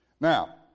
Now